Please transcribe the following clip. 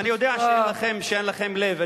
אני יודע שאין לכם לב,